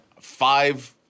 five